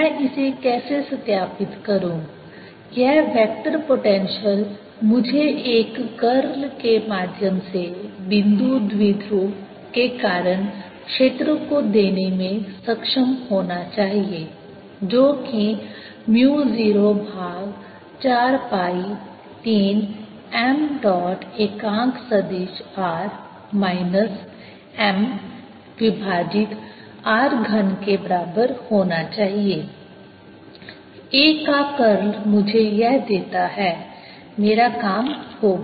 मैं इसे कैसे सत्यापित करूं यह वेक्टर पोटेंशियल मुझे एक कर्ल के माध्यम से बिंदु द्विध्रुव के कारण क्षेत्र को देने में सक्षम होना चाहिए जो कि म्यू 0 भाग 4 पाई 3 m डॉट एकांक सदिश r माइनस m विभाजित R घन के बराबर होना चाहिए A का कर्ल मुझे यह देता है मेरा काम हो गया